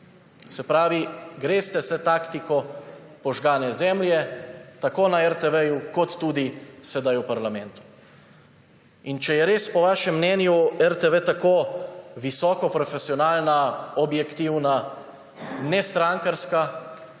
Se pravi, greste se taktiko požgane zemlje tako na RTV kot tudi sedaj v parlamentu. Če je res po vašem mnenju RTV tako visoko profesionalna, objektivna, nestrankarska,